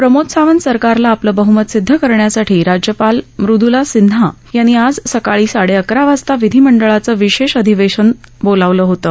प्रमोद सावंत सरकारला आपलं बह्मत सिद्ध करण्यासाठी राज्यपाल मुदुला सिन्हा यांनी आज सकाळी साडेअकरा वाजता विधिमंडळाचं विशेष अधिवेशन बोलावलं होतं